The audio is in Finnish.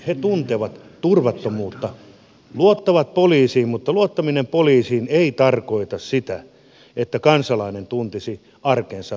he tuntevat turvattomuutta luottavat poliisiin mutta luottaminen poliisiin ei tarkoita sitä että kansalainen tuntisi arkensa turvalliseksi